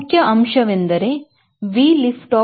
ಮುಖ್ಯ ಅಂಶವೆಂದರೆ V liftoff ಎಂದರೆ 1